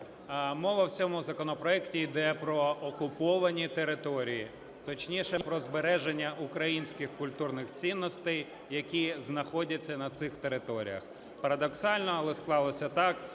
Мова в цьому законопроекті іде про окуповані території, точніше, про збереження українських культурних цінностей, які знаходяться на цих територіях. Парадоксально, але склалося так,